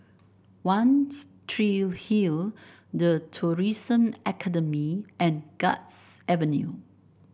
One Tree Hill The Tourism Academy and Guards Avenue